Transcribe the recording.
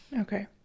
Okay